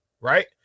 right